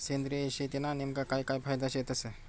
सेंद्रिय शेतीना नेमका काय काय फायदा शेतस?